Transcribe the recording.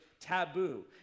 taboo